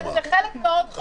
אבל זה חלק חשוב מאוד,